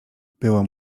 było